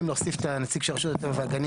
להוסיף את הנציג של רשות הטבע והגנים.